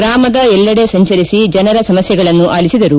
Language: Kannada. ಗ್ರಾಮದ ಎಲ್ಲೆಡೆ ಸಂಚರಿಸಿ ಜನರ ಸಮಸ್ಥೆಗಳನ್ನು ಆಲಿಸಿದರು